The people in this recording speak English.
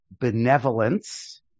benevolence